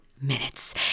Minutes